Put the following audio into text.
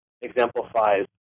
exemplifies